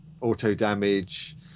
auto-damage